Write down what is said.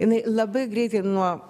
jinai labai greitai nuo